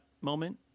moment